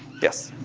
yes?